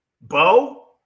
Bo